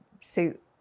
suit